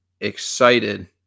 Excited